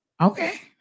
Okay